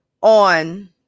on